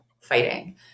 fighting